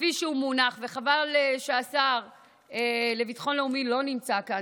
כפי שהוא מונח וחבל שהשר לביטחון לאומי לא נמצא כאן,